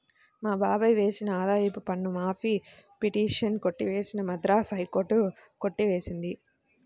మా బాబాయ్ వేసిన ఆదాయపు పన్ను మాఫీ పిటిషన్ కొట్టివేసిన మద్రాస్ హైకోర్టు కొట్టి వేసింది